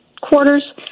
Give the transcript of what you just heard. quarters